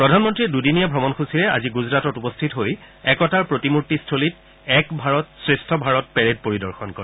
প্ৰধানমন্ত্ৰীয়ে দুদিনীয়া অমণসূচিৰে আজি গুজৰাটত উপস্থিত হৈ একতাৰ প্ৰতিমূৰ্তি স্থলীত এক ভাৰত শ্ৰেষ্ঠ ভাৰত পেৰেড পৰিদৰ্শন কৰে